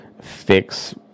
fix